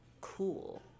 cool